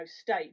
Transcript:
state